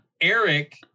Eric